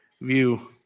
view